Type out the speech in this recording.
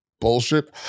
bullshit